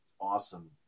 awesome